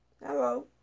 Hello